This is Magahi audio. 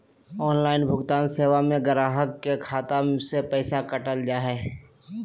ऑनलाइन भुगतान सेवा में गाहक के खाता से पैसा काटल जा हइ